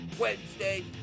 Wednesday